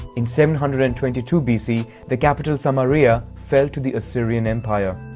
in seven hundred and twenty two bc, the capital samaria fell to the assyrian empire.